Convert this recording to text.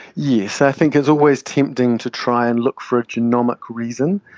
yes. i think it's always tempting to try and look for a genomic reason,